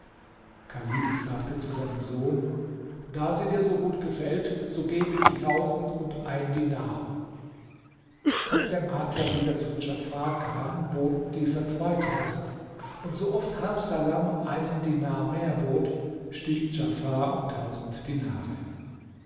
chalid sagte zu seinem sohn da sie dir so gut gefällt so gebe ich tausend und ein dinar als der makler wieder zu djafar kam bot dieser zweitausend und so oft habsalam einen dinar mehr bot stieg djafar um tausend dinare